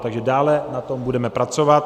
Takže dále na tom budeme pracovat.